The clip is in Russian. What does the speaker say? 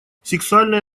сексуальное